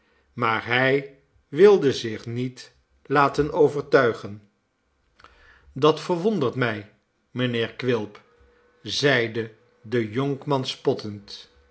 maar hij wilde zich niet laten overtuigen dat verwondert mij mijnheer quilp zeide de jonkman spottend